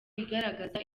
igaragaza